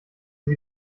sie